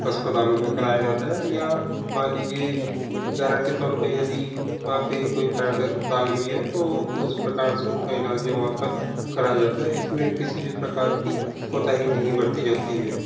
अस्पतालों में कराया जाता है या मान लीजिए उदहारण के तौर पर यदि वहाँ पर कोई प्राइवेट अस्पताल भी है तो उस प्रकार से उनका इलाज है वहाँ पर कराया जाता है इसमें किसी भी प्रकार की कोताही नहीं बरती जाती है